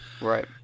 Right